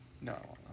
No